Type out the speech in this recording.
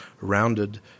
rounded